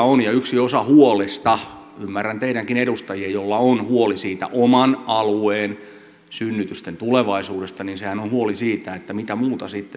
tässähän yksi osa huolesta ymmärrän teitäkin edustajia joilla on huoli siitä oman alueen synnytysten tulevaisuudesta on huoli siitä mitä muuta sitten sotessa tapahtuu